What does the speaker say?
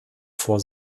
vor